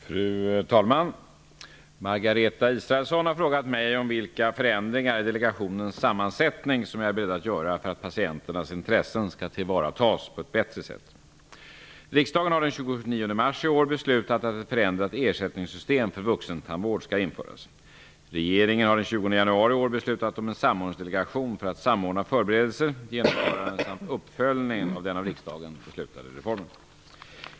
Fru talman! Margareta Israelsson har frågat mig om vilka förändringar i delegationens sammansättning som jag är beredd att göra för att patienternas intressen skall tillvaratas på ett bättre sätt. Riksdagen har den 29 mars 1994 beslutat att ett förändrat ersättningssystem för vuxentandvård skall införas. Regeringen har den 20 januari 1994 beslutat om en samordningsdelegation för att samordna förberedelser, genomförande samt uppföljning av den av riksdagen beslutade reformen.